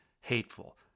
hateful